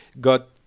got